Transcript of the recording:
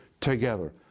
together